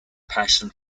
passion